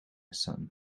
son